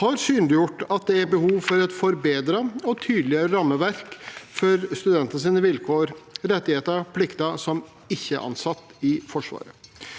har synliggjort at det er behov for et forbedret og tydeligere rammeverk for studentenes vilkår, rettigheter og plikter som ikke-ansatte i Forsvaret.